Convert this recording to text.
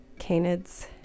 canids